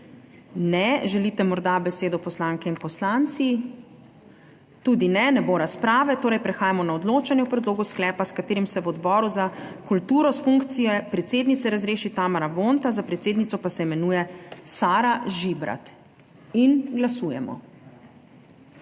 Ne. Želite morda besedo poslanke in poslanci? Tudi ne. Ne bo razprave. Prehajamo na odločanje o predlogu sklepa, s katerim se v Odboru za kulturo s funkcije predsednice razreši Tamara Vonta, za predsednico pa se imenuje Sara Žibrat. Glasujemo.